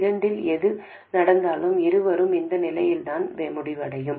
இரண்டில் எது நடந்தாலும் இருவரும் இந்த நிலையில்தான் முடிவடையும்